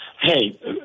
Hey